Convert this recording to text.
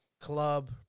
club